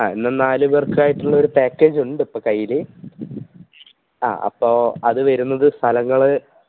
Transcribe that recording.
ആ എന്നാൽ നാല് പേര്ക്കായിട്ടുള്ളൊരു പാക്കേജുണ്ട് ഇപ്പം കയ്യിൽ ആ അപ്പോൾ അത് വരുന്നത് സ്ഥലങ്ങൾ